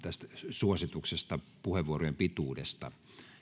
suosituksesta puhevuorojen pituudesta